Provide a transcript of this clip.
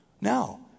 Now